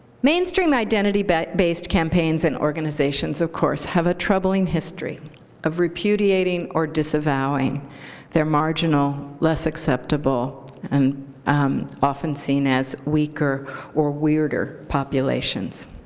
mainstream identity-based campaigns and organizations, of course, have a troubling history of repudiating or disavowing their marginal, less acceptable, and often seen as weaker or weirder populations.